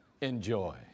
enjoy